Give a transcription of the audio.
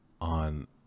on